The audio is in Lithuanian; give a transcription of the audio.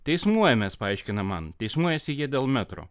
teismuojamės paaiškina man teismuojasi jie dėl metro